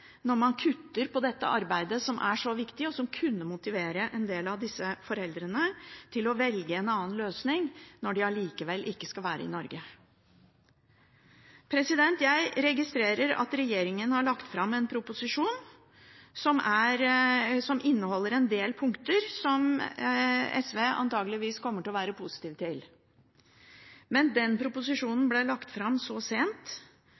når man kutter i dette arbeidet som er så viktig og som kunne motivere en del av disse foreldrene til å velge en annen løsning når de allikevel ikke skal være i Norge. Jeg registrerer at regjeringen har lagt fram en proposisjon som inneholder en del punkter som SV antakeligvis kommer til å være positive til. Men den proposisjonen ble lagt fram så sent